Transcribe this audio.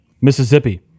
Mississippi